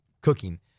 cooking